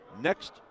Next